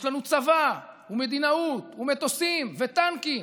יש לנו צבא, מדינאות, מטוסים וטנקים,